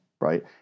right